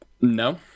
no